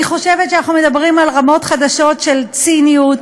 אני חושבת שאנחנו מדברים על רמות חדשות של ציניות,